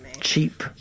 Cheap